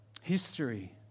History